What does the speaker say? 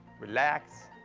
relax,